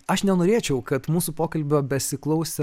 aš nenorėčiau kad mūsų pokalbio besiklausą